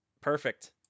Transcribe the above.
perfect